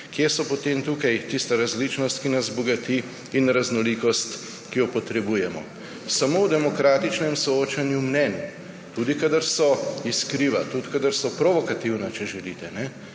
Kje sta potem tukaj tista različnost, ki nas bogati, in raznolikost, ki jo potrebujemo? Samo v demokratičnem soočanju mnenj, tudi kadar so iskriva, tudi kadar so provokativna, če želite, se